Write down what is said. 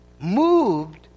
moved